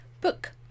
book